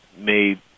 made